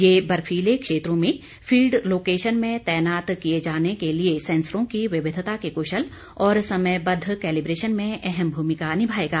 ये बर्फीले क्षेत्रों में फील्ड लोकेशन में तैनात किए जाने के लिए सैंसरों की विविधता के कुशल और समयबद्व कैलिब्रेशन में अहम भूमिका निभाएगा